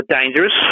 dangerous